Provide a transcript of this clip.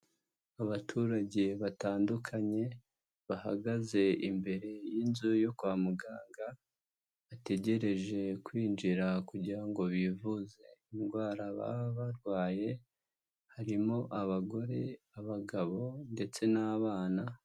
Abaturage batandukanye bahagaze imbere y'inzu yo kwa muganga, bategereje kwinjira kugira ngo bivuze indwara baba barwaye: harimo abagore abagabo ndetse n'abana.